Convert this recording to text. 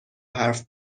حرف